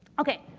okay.